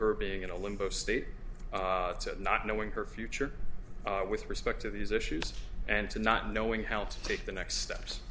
her being in a limbo state of not knowing her future with respect to these issues and to not knowing how to take the next steps